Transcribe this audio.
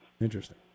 Interesting